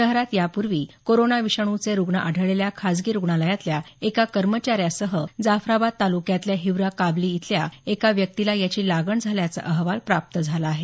शहरात यापूर्वी कोरोना विषाणूचे रुग्ण आढळलेल्या खासगी रुग्णालातल्या एका कर्मचाऱ्यासह जाफराबाद तालुक्यातल्या हिवरा काबली इथल्या एका व्यक्तीला याची लागण झाल्याचा अहवाल प्राप्त झाला आहे